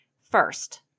First